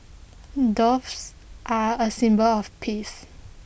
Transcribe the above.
doves are A symbol of peace